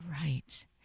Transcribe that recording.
Right